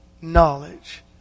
knowledge